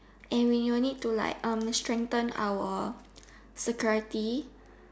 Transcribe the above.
and we all need to like um strengthen our security